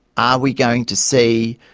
are we going to see,